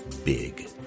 Big